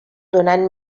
donant